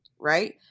right